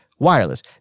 Wireless